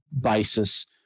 basis